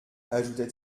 ajouta